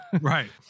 Right